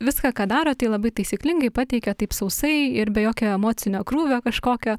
viską ką daro tai labai taisyklingai pateikia taip sausai ir be jokio emocinio krūvio kažkokio